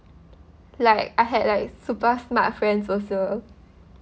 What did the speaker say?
like I had like super smart friends also